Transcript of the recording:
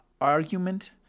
argument